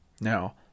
now